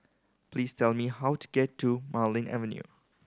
please tell me how to get to Marlene Avenue